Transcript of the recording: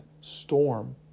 storm